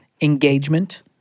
engagement